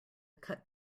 cut